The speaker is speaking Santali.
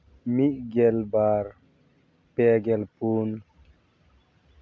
ᱢᱤᱫ ᱜᱮᱞ ᱵᱟᱨ ᱯᱮ ᱜᱮᱞ ᱯᱩᱱ